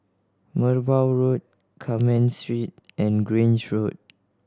Merbau Road Carmen Street and Grange Road